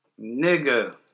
Nigga